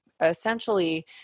essentially